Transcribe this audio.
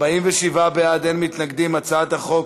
הבנקאות (שירות ללקוח)